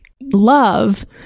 love